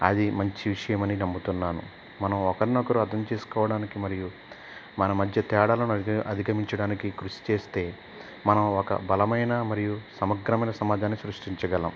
అది మంచి విషయం అని నమ్ముతున్నాను మనం ఒకరినొకరు అర్థం చేసుకోవడానికి మరియు మన మధ్య తేడాలని అధిగ అధిగమించడానికి కృషి చేస్తే మనం ఒక బలమైన మరియు సమగ్రమైన సమాజాన్ని సృష్టించగలం